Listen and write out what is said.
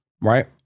right